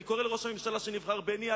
אני קורא לראש הממשלה שנבחר: בני,